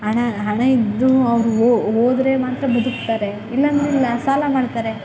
ಹಣ ಹಣ ಇದ್ದರೂ ಅವ್ರ ಹೋದ್ರೆ ಮಾತ್ರ ಬದುಕ್ತಾರೆ ಇಲ್ಲಾಂದ್ರೆ ಇಲ್ಲ ಸಾಲ ಮಾಡ್ತಾರೆ